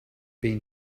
been